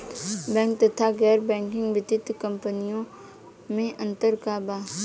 Bank तथा गैर banking वित्तीय कम्पनीयो मे अन्तर का बा?